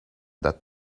that